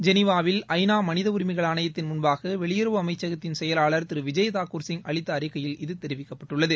ஜெனிவாவில் று நா மனித உரிமைகள் ஆணையத்தின் முன்பாக வெளியுறவு அமைச்சகத்தின் செயலாளர் திரு விஜய்தாக்கூர் சிங் அளித்த அறிக்கையில் இது தெரிவிக்கப்பட்டுள்ளது